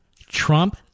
Trump